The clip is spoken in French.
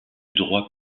droit